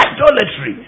Idolatry